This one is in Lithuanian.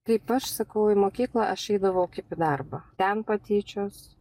kaip aš sakau į mokyklą aš eidavau kaip į darbą ten patyčios